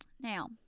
Now